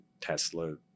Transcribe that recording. Tesla